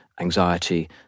anxiety